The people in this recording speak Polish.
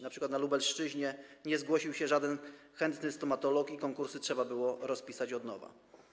Na przykład na Lubelszczyźnie nie zgłosił się żaden chętny stomatolog i konkursy trzeba było rozpisać od nowa.